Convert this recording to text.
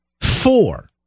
four